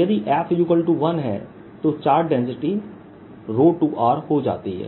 यदि f 1 है तो चार्ज डेंसिटी 2r हो जाती है